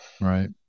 right